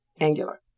Angular